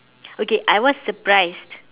okay I was surprised